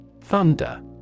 Thunder